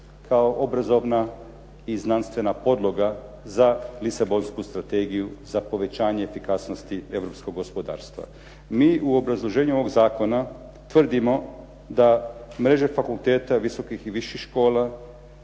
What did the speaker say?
kao obrazovna i znanstvena podloga za Lisabonsku strategiju, za povećanje efikasnosti europskog gospodarstva. Mi u obrazloženju ovoga zakona tvrdimo da mreže fakulteta visokih i viših škola